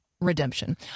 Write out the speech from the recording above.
redemption